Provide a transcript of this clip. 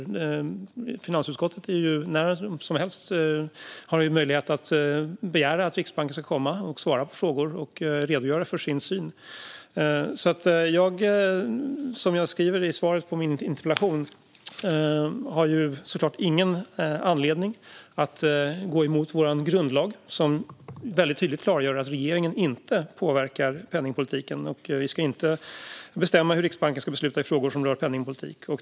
I finansutskottet har han när som helst möjlighet att begära att Riksbanken ska komma och svara på frågor och redogöra för sin syn. Som jag påpekar i mitt svar på interpellationen har jag såklart ingen anledning att gå emot vår grundlag, som tydligt klargör att regeringen inte påverkar penningpolitiken och inte ska bestämma hur Riksbanken ska besluta i frågor som rör den.